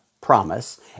promise